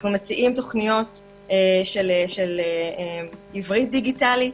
אנחנו מציעים תוכניות של עברית דיגיטלית,